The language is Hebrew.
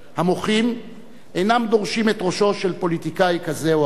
המוחים אינם דורשים את ראשו של פוליטיקאי כזה או אחר,